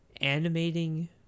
animating